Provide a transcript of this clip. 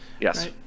yes